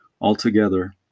Altogether